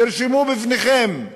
תרשמו בפניכם: